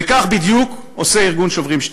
וכך בדיוק עושה ארגון "שוברים שתיקה":